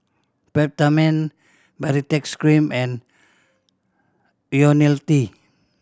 Peptamen Baritex Cream and Ionil T